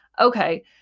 okay